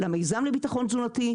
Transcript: למיזם לביטחון תזונתי,